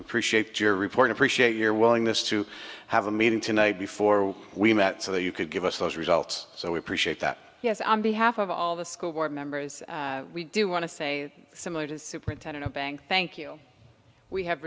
appreciate your report appreciate your willingness to have a meeting tonight before we met so that you could give us those results so we appreciate that yes on behalf of all the school board members we do want to say similar to superintendent abang thank you we have